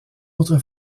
autre